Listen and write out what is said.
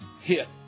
hit